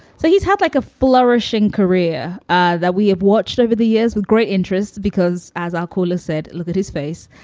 so he's had like a flourishing career ah that we have watched over the years with great interest because as our caller said, look at his face.